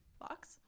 Box